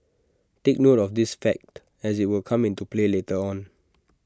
take note of this fact as IT will come into play later on